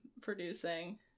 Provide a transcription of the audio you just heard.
producing